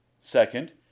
Second